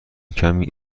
کمی